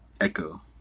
echo